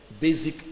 basic